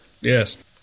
yes